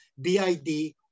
BID